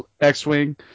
X-wing